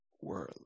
world